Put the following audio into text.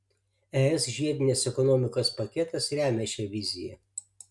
es žiedinės ekonomikos paketas remia šią viziją